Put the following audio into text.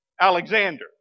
Alexander